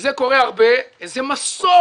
וזה קורה הרבה, התפתחה איזו מסורת